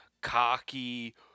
cocky